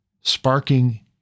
sparking